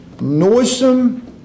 noisome